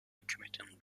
hükümetin